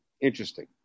interesting